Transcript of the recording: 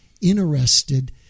interested